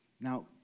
Now